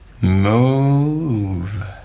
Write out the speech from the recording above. move